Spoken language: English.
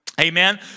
Amen